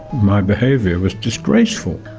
my behaviour was disgraceful.